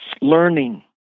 learning